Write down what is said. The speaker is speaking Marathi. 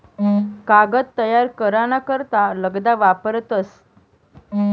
कागद तयार करा ना करता लगदा वापरतस